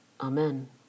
Amen